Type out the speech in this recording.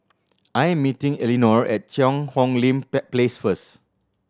I am meeting Elinore at Cheang Hong Lim Place first